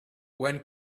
when